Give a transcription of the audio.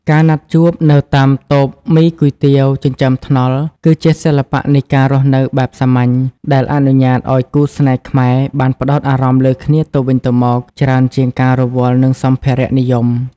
ការណាត់ជួបនៅតាមតូបមីគុយទាវចិញ្ចើមថ្នល់ គឺជាសិល្បៈនៃការរស់នៅបែបសាមញ្ញ ដែលអនុញ្ញាតឱ្យគូស្នេហ៍ខ្មែរបានផ្ដោតអារម្មណ៍លើគ្នាទៅវិញទៅមក ច្រើនជាងការរវល់នឹងសម្ភារៈនិយម។